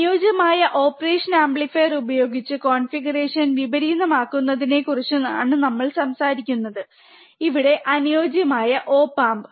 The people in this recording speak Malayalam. അനുയോജ്യമായ ഓപ്പറേഷൻ ആംപ്ലിഫയർ ഉപയോഗിച്ച് കോൺഫിഗറേഷൻ വിപരീതമാക്കുന്നതിനെക്കുറിച്ചാണ് നമ്മൾ സംസാരിക്കുന്നത് ഇവിടെ അനുയോജ്യമായ ഓപ് ആമ്പ്